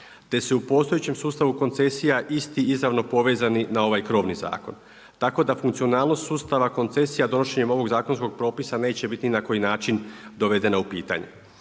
te se u postojećem sustavu koncesija isti izravno povezani na ovaj krovni zakon. Tako da funkcionalnost sustava koncesija donošenjem ovog zakonskog propisa neće biti ni na koji način dovedena u pitanje.